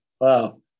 Wow